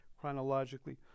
chronologically